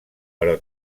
però